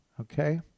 okay